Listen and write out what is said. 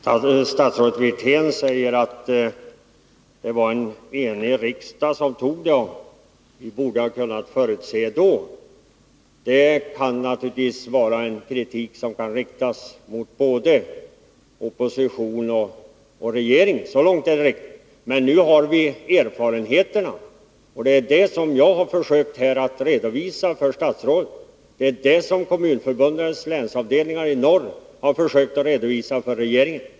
Fru talman! Statsrådet Wirtén säger att det var en enig riksdag som fattade beslutet och att vi borde ha varit förutseende redan då. Den kritiken kan naturligtvis riktas mot både opposition och regering. Så långt är det riktigt. Men nu har vi erfarenheter. Det är dem som jag har försökt att redovisa för statsrådet, och det är även vad Kommunförbundets länsavdelningar i norr har försökt att redovisa för regeringen.